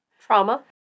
Trauma